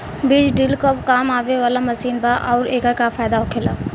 बीज ड्रील कब काम आवे वाला मशीन बा आऊर एकर का फायदा होखेला?